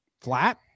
flat